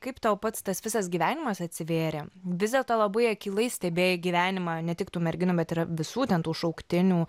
kaip tau pats tas visas gyvenimas atsivėrė vis dėlto labai akylai stebėjai gyvenimą ne tik tų merginų bet ir visų ten tų šauktinių